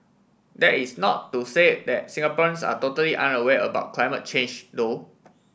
that is not to say that Singaporeans are totally unaware about climate change though